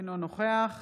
אינו נוכח